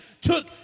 took